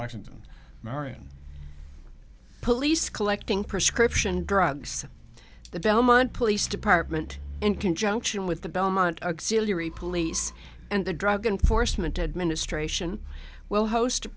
washington marion police collecting prescription drugs the belmont police department in conjunction with the belmont auxiliary police and the drug enforcement administration will host